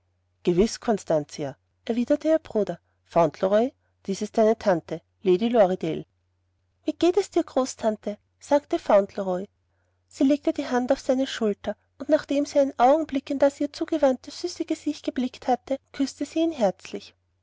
gewiß constantia erwiderte ihr bruder fauntleroy dies ist deine großtante lady lorridaile wie geht es dir großtante sagte fauntleroy sie legte die hand auf seine schulter und nachdem sie einen augenblick in das ihr zugewandte süße gesicht geblickt hatte küßte sie ihn herzlich